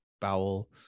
bowel